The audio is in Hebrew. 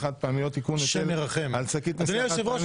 חד-פעמיות (תיקון - היטל על שקית נשיאה חד-פעמית),